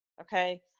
okay